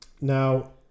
Now